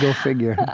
yeah figure yeah